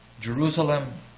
Jerusalem